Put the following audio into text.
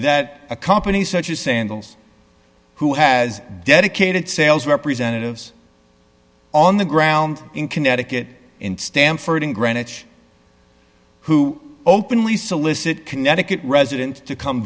that a company such as sandals who has dedicated sales representatives on the ground in connecticut in stamford in greenwich who openly solicit connecticut residents to come